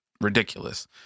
ridiculous